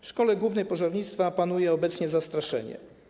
W szkole głównej pożarnictwa panuje obecnie zastraszenie.